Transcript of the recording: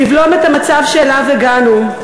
לבלום את המצב שאליו הגענו,